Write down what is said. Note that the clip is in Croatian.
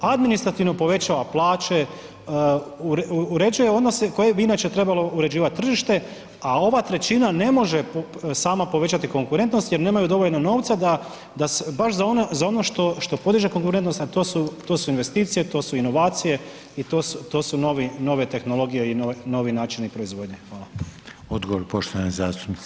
On, on administrativno povećava plaće, uređuje odnose koje bi inače trebalo uređivati tržište, a ova trećina ne može sama povećati konkurentnost jer nemaju dovoljno novca baš za ono što podiže konkurentnost, a to su investicije, to su inovacije i to su novi, nove tehnologije i novi načini proizvodnje.